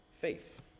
faith